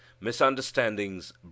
misunderstandings